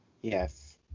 Yes